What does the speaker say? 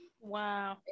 Wow